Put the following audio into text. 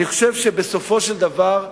אני חושב שבסופו של דבר,